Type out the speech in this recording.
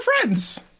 friends